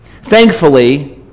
Thankfully